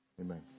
Amen